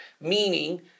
meaning